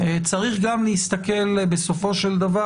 צריך גם להסתכל בסופו של דבר,